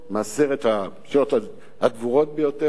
מעשרת הדיברות הגבוהים ביותר.